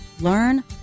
Learn